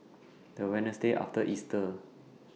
The Wednesday after Easter